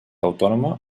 autònoma